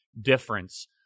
difference